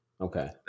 Okay